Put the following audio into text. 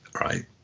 right